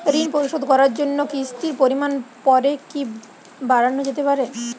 ঋন পরিশোধ করার জন্য কিসতির পরিমান পরে কি বারানো যেতে পারে?